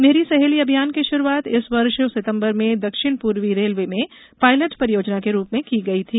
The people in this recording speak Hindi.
मेरी सहेली अभियान की शुरुआत इस वर्ष सितम्बर में दक्षिण पूर्वी रेलवे में पायलट परियोजना के रूप में की गई थी